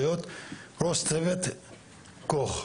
להיות ראש צוות כו"כ,